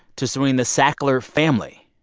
to suing the sackler family.